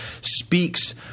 speaks